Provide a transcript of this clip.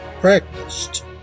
practiced